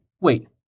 Wait